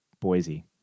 Boise